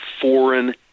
foreign